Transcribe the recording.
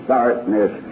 darkness